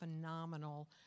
phenomenal